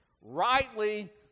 rightly